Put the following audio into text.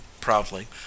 proudly